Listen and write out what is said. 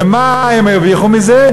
ומה הרוויחו מזה?